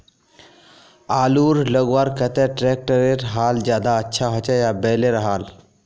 आलूर लगवार केते ट्रैक्टरेर हाल ज्यादा अच्छा होचे या बैलेर हाल?